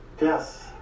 Yes